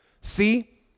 See